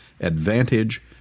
Advantage